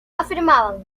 afirmaba